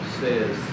says